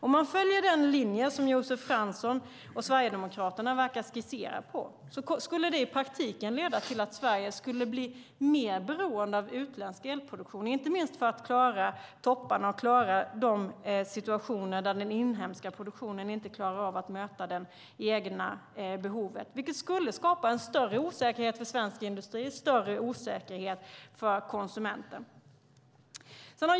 Om man följer den linje som Josef Fransson och Sverigedemokraterna verkar skissera på skulle det i praktiken leda till att Sverige skulle bli mer beroende av utländsk elproduktion, inte minst för att klara topparna och de situationer där den inhemska produktionen inte klarar av att möta det egna behovet. Det skulle skapa en större osäkerhet för svensk industri och för konsumenten.